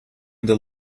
that